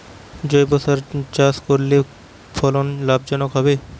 জৈবসারে চাষ করলে ফলন লাভজনক হবে?